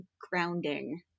grounding